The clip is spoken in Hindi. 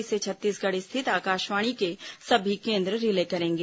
इसे छत्तीसगढ़ स्थित आकाशवाणी के सभी केंद्र रिले करेंगे